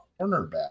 cornerback